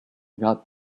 got